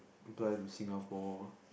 apply to Singapore